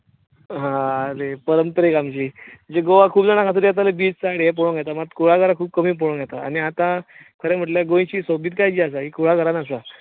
आरे परंपरीक आमचीं जीं गोवा खूब जाणां येतात बीच सायड पळोवंक येतात मात कुळागरां खूब कमी पळोवंक येता आनी आतां खरें म्हणल्यार गोंयची सोबीतकाय जी आसा ही कुळागरांत आसा